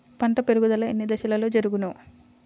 పంట పెరుగుదల ఎన్ని దశలలో జరుగును?